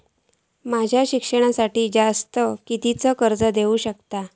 माका माझा शिक्षणाक जास्ती कर्ज कितीचा देऊ शकतास तुम्ही?